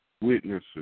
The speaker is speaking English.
witnesses